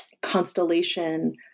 constellation